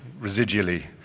residually